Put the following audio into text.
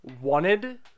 wanted